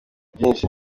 byinshi